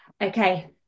okay